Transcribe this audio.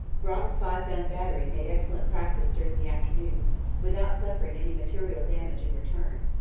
brock's five-gun battery made excellent practice during the afternoon without suffering any material damage in return.